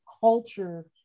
culture